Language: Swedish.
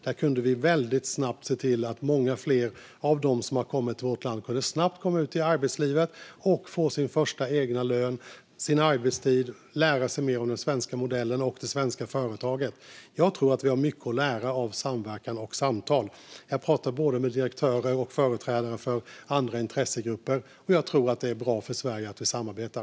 Vi kunde väldigt snabbt se till att många fler av dem som kommit till vårt land kunde komma ut i arbetslivet och få sin första egna lön och sin arbetstid och lära sig mer om den svenska modellen och de svenska företagen. Jag tror att vi har mycket att lära av samverkan och samtal. Jag pratar både med direktörer och med företrädare för andra intressegrupper, och jag tror att det är bra för Sverige att vi samarbetar.